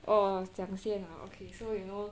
orh 讲现 ah okay so you know